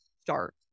start